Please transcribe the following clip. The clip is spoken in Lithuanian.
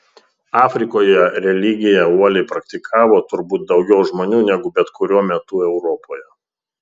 afrikoje religiją uoliai praktikavo turbūt daugiau žmonių negu bet kuriuo metu europoje